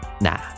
Nah